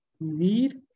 need